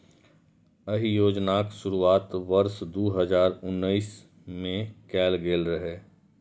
एहि योजनाक शुरुआत वर्ष दू हजार उन्नैस मे कैल गेल रहै